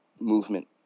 movement